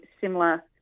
similar